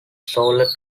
solo